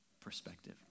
perspective